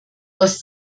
aus